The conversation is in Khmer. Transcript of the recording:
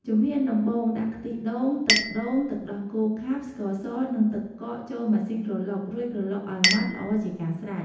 ជំហានដំបូង ដាក់ខ្ទិះដូង ទឹកដូង ទឹកដោះគោខាប់ ស្ករស និងទឹកកកចូលម៉ាស៊ីនក្រឡុក រួចក្រឡុកឲ្យម៉ដ្ឋល្អជាការស្រេច។